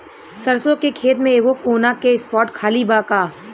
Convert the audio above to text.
सरसों के खेत में एगो कोना के स्पॉट खाली बा का?